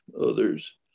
others